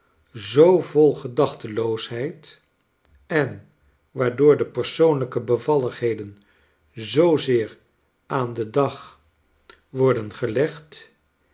zoo vol gedachteloosheid en waardoor de persoonlijke bevalligheden zoozeer aan den dag worden gelegd